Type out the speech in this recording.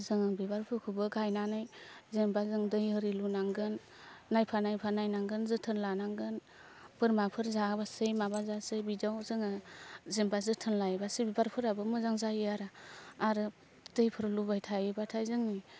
जोङो बिबारफोरखौबो गायनानै जेनेबा जों दै ओरि लुनांगोन नायफा नायफा नायनांगोन जोथोन लानांगोन बोरमाफोर जासै माबा जासै बिदियाव जोङो जेनेबा जोथोन लायोबासो बिबारफोराबो मोजां जायो आरो आरो दैफोर लुबाय थायोबाथाय जोंनि